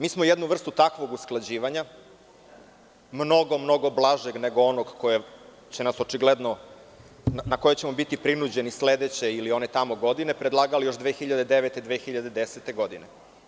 Mi smo jednu vrstu takvog usklađivanja mnogo, mnogo blaže nego onog na koji ćemo biti prinuđeni sledeće ili one tamo godine, predlagali još 2009-2010. godine.